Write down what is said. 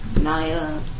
Naya